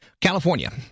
California